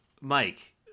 Mike